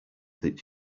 that